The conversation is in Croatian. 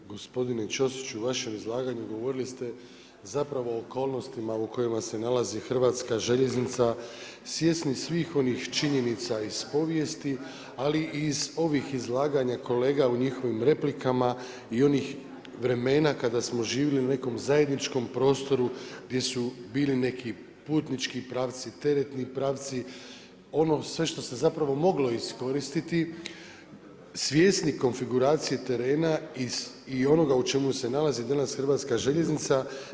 Gospodine Ćosiću u vašem izlaganju govorili ste zapravo o okolnostima u kojima se nalazi hrvatska željeznica svjesni svih onih činjenica iz povijesti ali i iz ovih izlaganja kolega u njihovim replikama i onih vremena kada smo živjeli na nekom zajedničkom prostoru gdje su bili neki putnički pravci, teretni pravci, ono sve što se zapravo moglo iskoristiti, svjesni konfiguracije terena i onoga u čemu se nalazi danas Hrvatska željeznica.